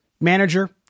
manager